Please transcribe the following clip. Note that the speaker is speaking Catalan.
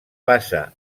passa